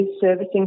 servicing